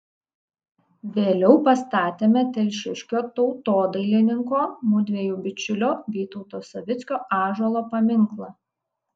vėliau pastatėme telšiškio tautodailininko mudviejų bičiulio vytauto savickio ąžuolo paminklą